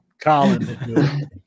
Colin